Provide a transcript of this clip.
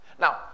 Now